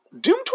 Doom